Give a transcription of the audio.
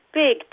big